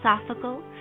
philosophical